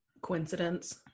coincidence